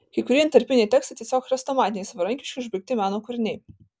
kai kurie intarpiniai tekstai tiesiog chrestomatiniai savarankiški užbaigti meno kūriniai